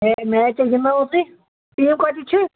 ہے match حظ گندناوو تُہۍ ٹیٖم کتہِ چھِ